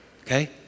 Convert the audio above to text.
Okay